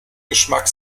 geschmack